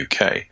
UK